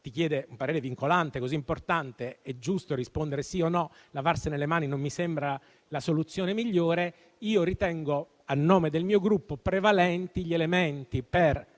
richiede un parere vincolante così importante, è giusto rispondere sì o no e lavarsene le mani non mi sembra la soluzione migliore - a nome del mio Gruppo io ritengo prevalenti gli elementi per